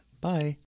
Bye